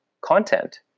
content